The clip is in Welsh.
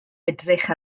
edrych